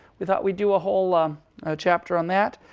we thought we'd do a whole ah ah chapter on that.